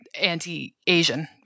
anti-Asian